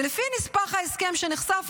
ולפי נספח ההסכם שנחשף,